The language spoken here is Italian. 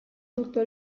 tutto